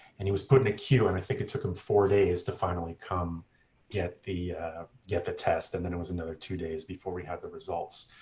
and he was put in a queue. and i think it took him four days to finally get the get the test. and then it was another two days before we had the results.